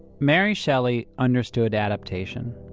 mary shelley understood adaptation.